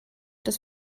des